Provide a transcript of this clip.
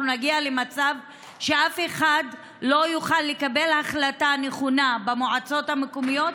אנחנו נגיע למצב שאף אחד לא יוכל לקבל החלטה נכונה במועצות המקומיות,